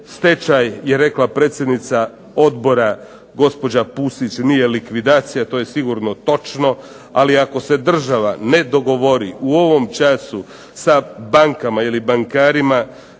Stečaj, je rekla predsjednica Odbora gospođa Pusić nije likvidacija, to je sigurno točno, ali ako se država ne dogovori u ovom času sa bankama ili bankarima